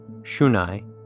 Shunai